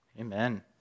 Amen